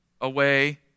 away